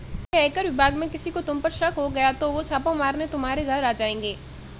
यदि आयकर विभाग में किसी को तुम पर शक हो गया तो वो छापा मारने तुम्हारे घर आ जाएंगे